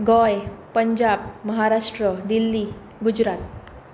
Goa Punjab Maharashtra Delhi Gujarat